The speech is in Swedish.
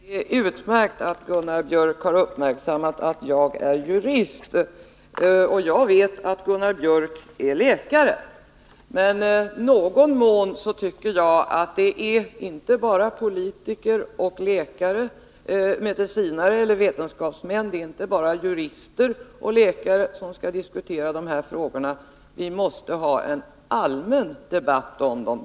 Herr talman! Det är utmärkt att Gunnar Biörck har uppmärksammat att jag är jurist. Och jag vet att Gunnar Biörck är läkare. Men det är nog inte bara politiker och läkare, medicinare och vetenskapsmän eller jurister och läkare som skall diskutera dessa frågor. Vi måste ha en allmän debatt om dem.